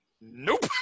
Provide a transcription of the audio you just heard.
Nope